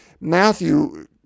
Matthew